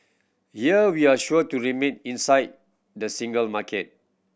here we're sure to remain inside the single market